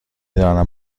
دانم